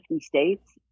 states